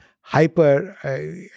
hyper